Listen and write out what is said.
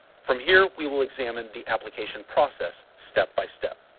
from here we will examine the application process, step by step.